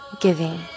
giving